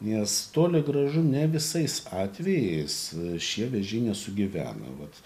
nes toli gražu ne visais atvejais šie vėžiai nesugyvena vat